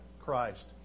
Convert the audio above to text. Christ